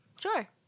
Sure